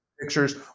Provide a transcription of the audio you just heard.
pictures